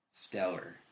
Stellar